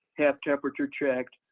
have temperature checked,